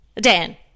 Dan